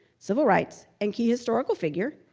civil rights, and key historical figures,